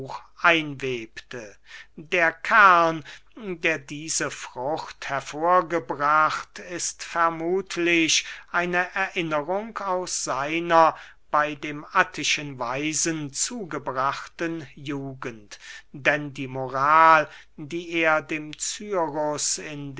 einwebte der kern der diese frucht hervorgebracht ist vermuthlich eine erinnerung aus seiner bey dem attischen weisen zugebrachten jugend denn die moral die er dem